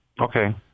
okay